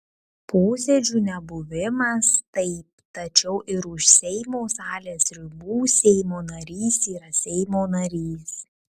posėdžių nebuvimas taip tačiau ir už seimo salės ribų seimo narys yra seimo narys